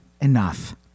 enough